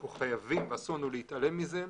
אז אסור לנו להתעלם מזה.